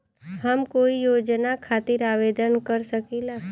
हम कोई योजना खातिर आवेदन कर सकीला?